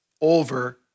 over